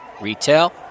retail